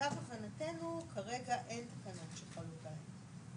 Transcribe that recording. למיטב הבנתנו כרגע אין תקנות שחלות עליהן.